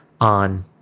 on